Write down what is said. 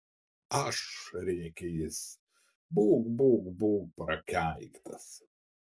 aš rėkė jis būk būk būk prakeiktas